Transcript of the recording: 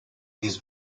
these